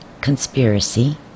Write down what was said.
Conspiracy